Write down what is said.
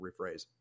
rephrase